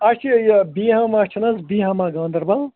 اَسہِ چھِ یہِ بیٖہامہ چھِنہٕ حظ بیٖہامہ گانٛدَربَل